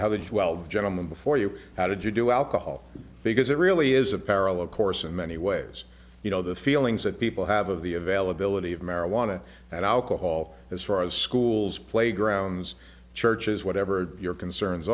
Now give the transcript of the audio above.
how the twelve gentlemen before you how did you do alcohol because it really is a parallel of course in many ways you know the feelings that people have of the availability of marijuana and alcohol as far as schools playgrounds churches whatever your